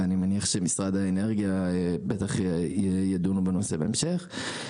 ואני מניח שמשרד האנרגיה בטח ידונו בנושא הזה בהמשך.